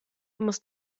muss